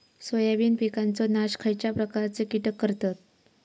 Soybean पिकांचो नाश खयच्या प्रकारचे कीटक करतत?